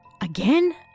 Again